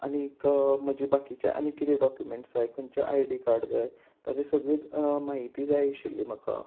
आनीक म्हजी बाकीचे आनी कितें डॉक्युमेंट्स जाय खंयचे आय डी कार्ड जाय ताजी सगळी म्हायती जाय आशिल्ली म्हाका